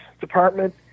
department